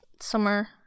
summer